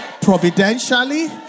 Providentially